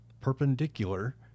perpendicular